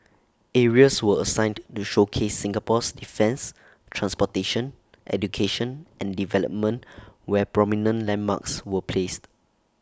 areas were assigned to showcase Singapore's defence transportation education and development where prominent landmarks were placed